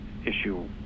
issue